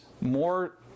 more